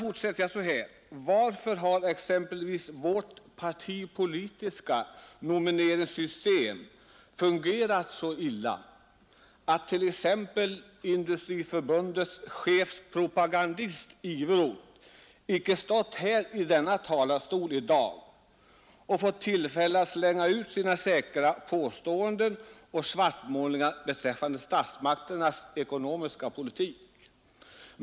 Varför har vårt partipolitiska nomineringssystem fungerat så illa att t.ex. Industriförbundets chefspropagandist Iveroth icke har stått här i denna talarstol i dag och fått tillfälle att slänga ut sina säkra påståenden och svartmålningar beträffande statsmakternas ekonomiska politik?